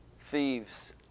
thieves